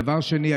דבר שני,